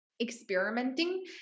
experimenting